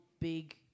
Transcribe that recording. Big